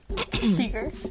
Speaker